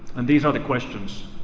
and these are the questions